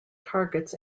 targets